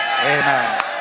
Amen